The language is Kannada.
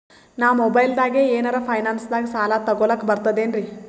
ನಾ ಮೊಬೈಲ್ದಾಗೆ ಏನರ ಫೈನಾನ್ಸದಾಗ ಸಾಲ ತೊಗೊಲಕ ಬರ್ತದೇನ್ರಿ?